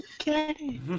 okay